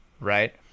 right